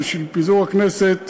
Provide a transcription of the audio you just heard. אך בשל פיזור הכנסת